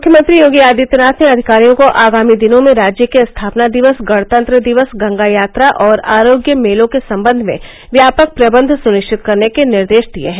मुख्यमंत्री योगी आदित्यनाथ ने अधिकारियों को आगामी दिनों में राज्य के स्थापना दिवस गणतंत्र दिवस गंगा यात्रा और आरोग्य मेलों के संबंध में व्यापक प्रदन्ध सुनिरिचत करने के निर्देश दिए हैं